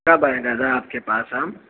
कब आएँ दादा आपके पास हम